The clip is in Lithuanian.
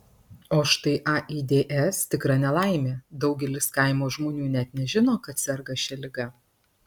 o štai aids tikra nelaimė daugelis kaimo žmonių net nežino kad serga šia liga